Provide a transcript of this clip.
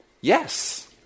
Yes